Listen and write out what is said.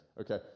Okay